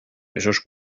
esos